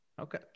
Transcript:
Okay